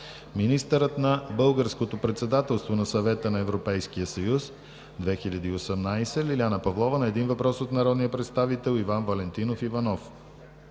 министърът за Българското председателство на Съвета на Европейския съюз 2018 Лиляна Павлова – на един въпрос от народния представител Иван Валентинов Иванов;